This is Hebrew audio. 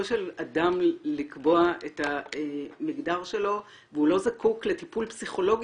של אדם לקבוע את המגדר שלו והוא לא זקוק לטיפול פסיכולוגי